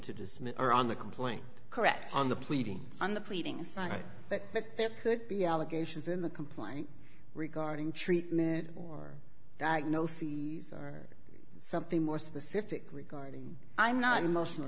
to dismiss or on the complaint correct on the pleading on the pleadings that there could be allegations in the complaint regarding treatment or diagnoses or something more specific regarding i'm not emotional